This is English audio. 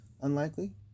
unlikely